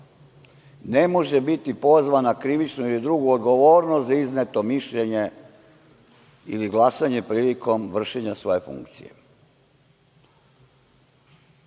Ne može biti pozvan na krivičnu ili drugu odgovornost za izneto mišljenje ili glasanje prilikom vršenja svoje funkcije. Kolega